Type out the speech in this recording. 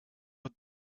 but